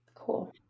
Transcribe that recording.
Cool